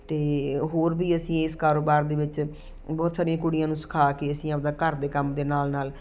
ਅਤੇ ਹੋਰ ਵੀ ਅਸੀਂ ਇਸ ਕਾਰੋਬਾਰ ਦੇ ਵਿੱਚ ਬਹੁਤ ਸਾਰੀਆਂ ਕੁੜੀਆਂ ਨੂੰ ਸਿਖਾ ਕੇ ਅਸੀਂ ਆਪਣਾ ਘਰ ਦੇ ਕੰਮ ਦੇ ਨਾਲ ਨਾਲ